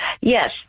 Yes